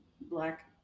black